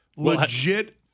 legit